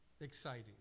exciting